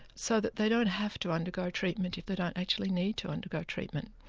so that they don't have to undergo treatment if they don't actually need to undergo treatment.